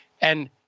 And-